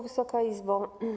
Wysoka Izbo!